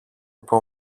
από